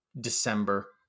December